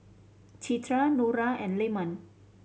Citra Nura and Leman